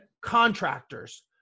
contractors